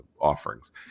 offerings